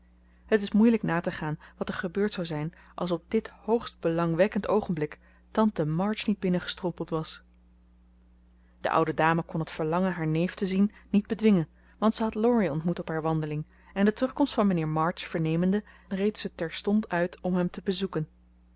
het is moeilijk na te gaan wat er gebeurd zou zijn als op dit hoogst belangwekkend oogenblik tante march niet binnengestrompeld was de oude dame kon het verlangen haar neef te zien niet bedwingen want ze had laurie ontmoet op haar wandeling en de terugkomst van mijnheer march vernemende reed ze terstond uit om hem te bezoeken